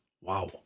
Wow